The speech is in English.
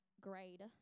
grade